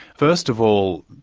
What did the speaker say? first of all,